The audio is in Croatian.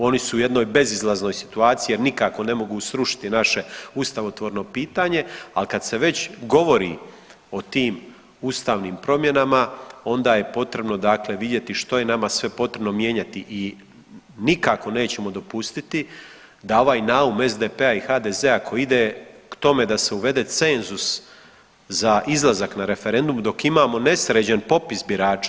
Oni su u jednoj bezizlaznoj situaciji jer nikako ne mogu srušiti naše ustavotvorno pitanje, al kad se već govori o tim ustavnim promjenama onda je potrebno dakle vidjeti što je nama sve potrebno mijenjati i nikako nećemo dopustiti da ovaj naum SDP-a i HDZ-a koji ide k tome da se uvede cenzus za izlazak na referendum dok imamo nesređen popis birača.